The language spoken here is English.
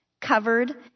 covered